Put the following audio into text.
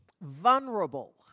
vulnerable